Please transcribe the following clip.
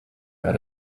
add